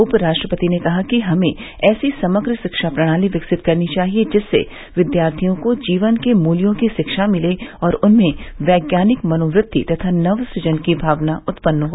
उपराष्ट्रपति ने कहा कि हमें ऐसी समग्र शिक्षा प्रणाली विकसित करनी चाहिए जिससे विद्यार्थियों को जीवन के मूल्यों की शिक्षा मिले और उनमें वैज्ञानिक मनोवृत्ति तथा नव सृजन की भावना उत्पन्न हो